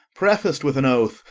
prefaced with an oath,